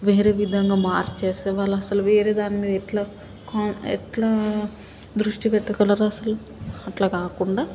వేరే విధంగా మార్చేస్తే వాళ్ళు అస్సలు వేరే దానిమీద ఎట్లా కాన్ ఎట్లా దృష్టి పెట్టగలరు అసలు అట్లా కాకుండా